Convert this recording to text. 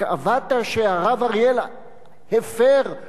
שהרב אריאל הפר או עבר עליהם,